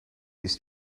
this